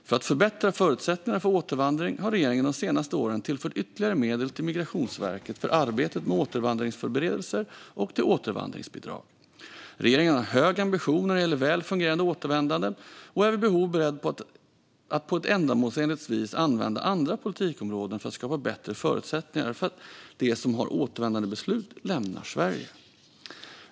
För att förbättra förutsättningarna för återvandring har regeringen de senaste åren tillfört ytterligare medel till Migrationsverket för arbetet med återvandringsförberedelser och till återvandringsbidrag. Regeringen har en hög ambition när det gäller ett väl fungerande återvändande och är vid behov beredd att på ett ändamålsenligt vis använda andra politikområden för att skapa bättre förutsättningar för att de som har återvändandebeslut lämnar Sverige.